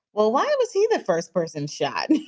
well, why was he the first person shot